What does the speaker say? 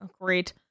Great